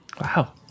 wow